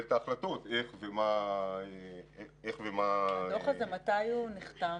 ההחלטות איך ומה --- הדוח הזה, מתי הוא נחתם?